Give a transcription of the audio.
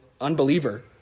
unbeliever